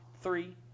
three